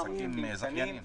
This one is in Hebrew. עסקים קטנים,